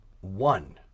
one